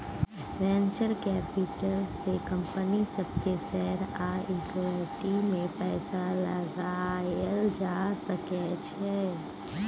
venture capital से company सब के शेयर आ इक्विटी में पैसा लगाएल जा सकय छइ